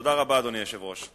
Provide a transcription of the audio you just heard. תודה רבה, אדוני היושב-ראש.